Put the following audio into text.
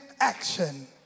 action